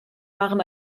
waren